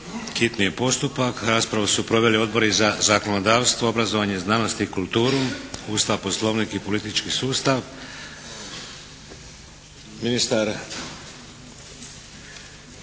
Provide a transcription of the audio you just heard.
Hitni je postupak. Raspravu su proveli odbori za zakonodavstvo, obrazovanje, znanost i kulturu, Ustav, Poslovnik i politički sustav. Ministar